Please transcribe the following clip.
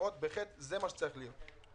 זה מה שצריך להיות במטרות ב-(ח).